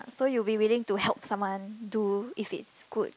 so you'll be willing to help someone do if it could